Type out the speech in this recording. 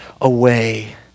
away